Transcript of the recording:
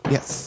Yes